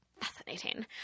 fascinating